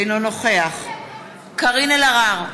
אינו נוכח קארין אלהרר,